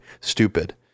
stupid